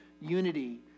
unity